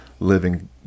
living